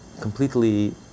completely